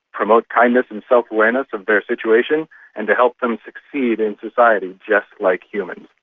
promote kindness and self-awareness of their situation and to help them succeed in society, just like humans.